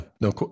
no